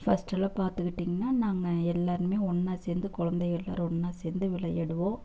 ஃபஸ்ட்டுலாம் பார்த்துக்கிட்டீங்கன்னா நாங்கள் எல்லோருமே ஒன்னாக சேர்ந்து குழந்தைங்க எல்லோரும் ஒன்னாக சேர்ந்து விளையாடுவோம்